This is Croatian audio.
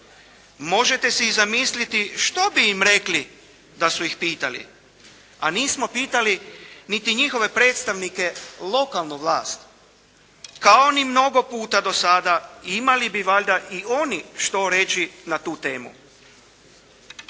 Možete si zamisliti što bi im rekli da su ih pitali. A nismo pitali niti njihove predstavnike lokalnu vlast, kao ni mnogo puta do sada imali bi valjda i oni što reći na tu temu.